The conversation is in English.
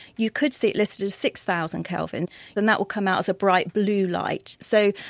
you could see it listed as six thousand kelvin then that will come out as a bright blue light. so,